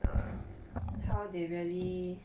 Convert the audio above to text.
um how they really